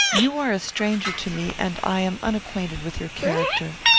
you are a stranger to me, and i am unacquainted with your character.